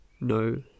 No